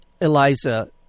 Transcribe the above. Eliza